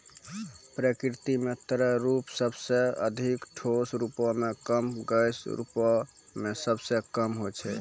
प्रकृति म तरल रूप सबसें अधिक, ठोस रूपो म कम, गैस रूपो म सबसे कम छै